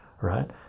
right